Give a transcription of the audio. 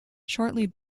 shortly